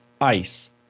ice